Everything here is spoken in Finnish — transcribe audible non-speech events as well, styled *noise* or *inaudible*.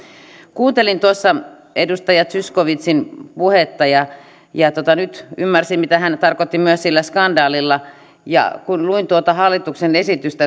kuuntelin tuossa edustaja zyskowiczin puhetta ja ja nyt myös ymmärsin mitä hän tarkoitti sillä skandaalilla kun luin tuota hallituksen esitystä *unintelligible*